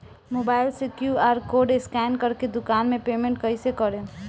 Mobile से QR code scan कर के दुकान मे पेमेंट कईसे करेम?